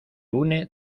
une